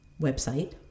website